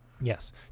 Yes